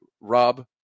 rob